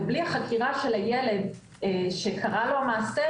ובלי החקירה של הילד שקרה לו המעשה,